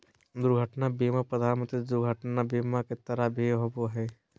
दुर्घटना बीमा प्रधानमंत्री दुर्घटना बीमा के तहत भी होबो हइ